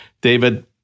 David